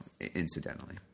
incidentally